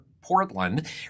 Portland